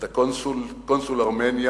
את קונסול ארמניה,